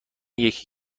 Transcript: یکی